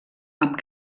amb